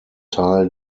teil